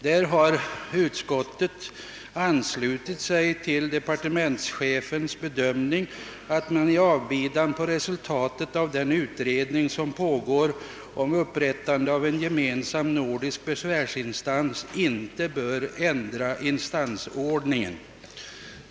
Där har utskottet anslutit sig till departementschefens bedömning »att man i avbidan på resultatet av den utredning som pågår om upprättande av en gemensam nordisk besvärsinstans icke bör ändra instansordningen».